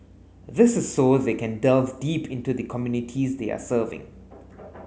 this is so they can delve deep into the communities they are serving